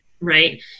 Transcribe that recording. right